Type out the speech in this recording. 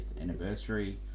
anniversary